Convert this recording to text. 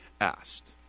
asked